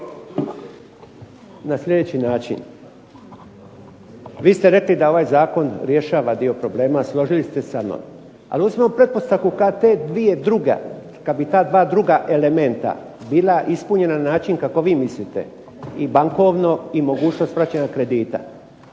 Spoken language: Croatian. na slijedeći način. Vi ste rekli da ovaj zakon rješava dio problema i složili se sa mnom. Ali uzmimo pretpostavku kad te dvije druge, kad bi ta dva druga elementa bila ispunjena na način kako vi mislite i bankovno i mogućnost vraćanja kredita